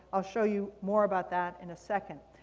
i'll show you more about that in a second.